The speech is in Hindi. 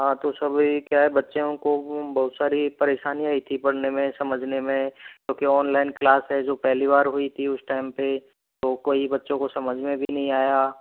हाँ तो सभी क्या है बच्चोन को बहुत सारी परेशानी आई थी पढ़ने में समझने में क्योंकि ऑनलाइन क्लास है जो पहली बार हुई थी उस टाइम पर तो कोई बच्चों को समझ में भी नहीं आया